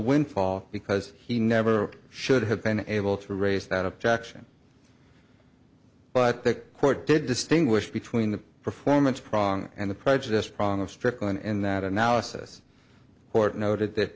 windfall because he never should have been able to raise that objection but the court did distinguish between the performance prong and the prejudice prong of strickland in that analysis court noted that